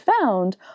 found